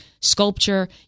sculpture